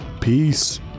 Peace